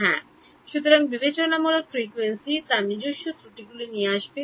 হ্যাঁ সুতরাং বিবেচনামূলক ফ্রিকোয়েন্সি তার নিজস্ব ত্রুটিগুলি নিয়ে আসবে